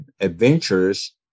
adventures